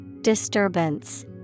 Disturbance